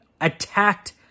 attacked